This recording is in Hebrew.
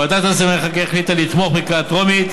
ועדת השרים לחקיקה החליטה לתמוך בקריאה טרומית,